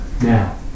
Now